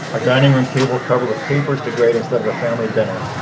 our dining room table covered with papers to grade instead of a family dinner.